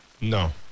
No